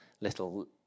little